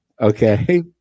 Okay